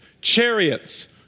chariots